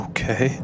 Okay